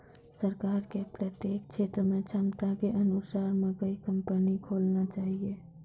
सरकार के प्रत्येक क्षेत्र मे क्षमता के अनुसार मकई कंपनी खोलना चाहिए?